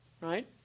right